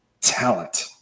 talent